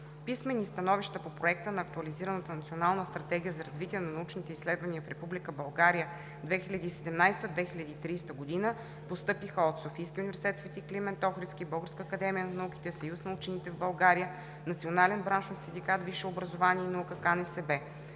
Писмени становища по Проекта на актуализираната Национална стратегия за развитие на научните изследвания в Република България 2017 – 2030 г. постъпиха от: Софийски университет „Св. св. Климент Охридски“, Българска академия на науките, Съюз на учените в България, Национален браншов синдикат „Висше образование и наука“ – КНСБ.